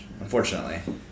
unfortunately